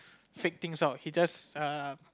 faked things out he just err